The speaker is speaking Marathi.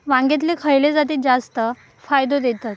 वांग्यातले खयले जाती जास्त फायदो देतत?